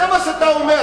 אז זה מה שאתה אומר,